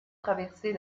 traverser